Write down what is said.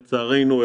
לצערנו,